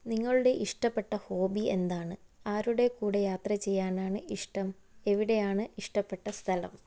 നിങ്ങളുടെ ഇഷ്ടപ്പെട്ട ഹോബി എന്താണ് ആരുടെ കൂടെ യാത്ര ചെയ്യാനാണ് ഇഷ്ടം എവിടെയാണ് ഇഷ്ടപ്പെട്ട സ്ഥലം